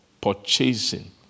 Purchasing